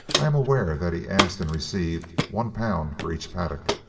i am aware that he asked and received one pound for each paddock,